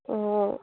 অঁ